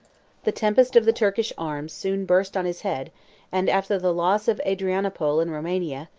the tempest of the turkish arms soon burst on his head and after the loss of adrianople and romania,